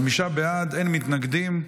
חמישה בעד, אין מתנגדים.